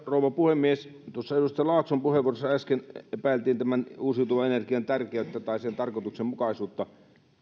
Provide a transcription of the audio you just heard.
rouva puhemies tuossa edustaja laakson puheenvuorossa äsken epäiltiin uusiutuvan energian tärkeyttä tai sen tarkoituksenmukaisuutta